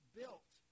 built